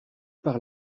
par